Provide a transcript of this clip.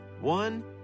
One